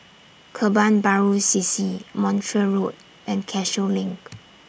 Kebun Baru C C Montreal Road and Cashew LINK